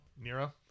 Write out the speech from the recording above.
Nero